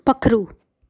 पक्खरू